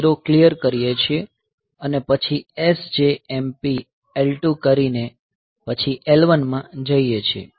0 clear કરીએ છીએ અને પછી SJMP L2 કરીને પછી L1 માં જઈએ છીએ